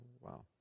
wow